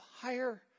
higher